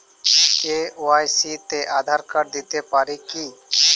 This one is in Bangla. কে.ওয়াই.সি তে আধার কার্ড দিতে পারি কি?